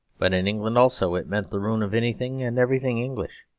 but in england also it meant the ruin of anything and everything english,